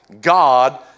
God